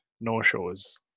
no-shows